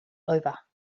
over